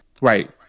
right